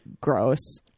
gross